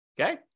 Okay